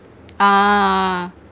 ah